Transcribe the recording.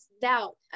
doubt